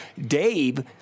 Dave